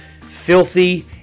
filthy